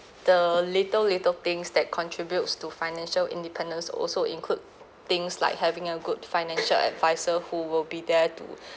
the little little things that contributes to financial independence also include things like having a good financial adviser who will be there to